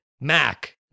Mac